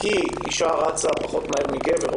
כי אישה רצה פחות מהר מגבר,